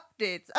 updates